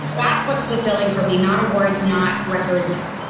that's what's fulfilling for me. not awards, not records,